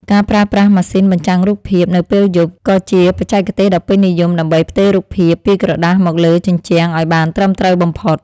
ការប្រើប្រាស់ម៉ាស៊ីនបញ្ចាំងរូបភាព នៅពេលយប់ ក៏ជាបច្ចេកទេសដ៏ពេញនិយមដើម្បីផ្ទេររូបភាពពីក្រដាសមកលើជញ្ជាំងឱ្យបានត្រឹមត្រូវបំផុត។